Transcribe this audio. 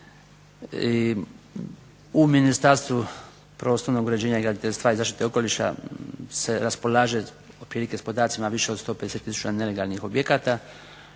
u Ministarstvu prostornog uređenja i graditeljstva i zaštite okoliša se raspolaže otprilike podacima više od 150 tisuća nelegalnih objekata